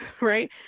right